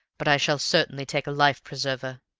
but i shall certainly take a life-preserver.